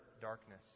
darkness